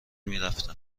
میرفتم